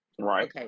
right